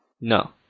No